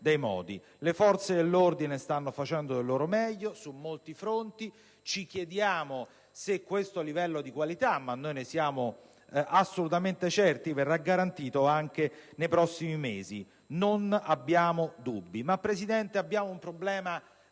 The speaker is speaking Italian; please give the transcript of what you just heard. Le forze dell'ordine stanno facendo del loro meglio su molti fronti. Ci chiediamo se questo livello di qualità - ma ne siamo assolutamente certi - verrà garantito anche nei prossimi mesi. Non abbiamo dubbi,